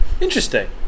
interesting